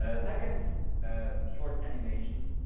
ah second ah short animation